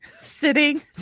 sitting